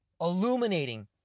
illuminating